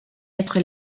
être